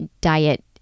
diet